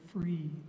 free